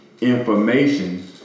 information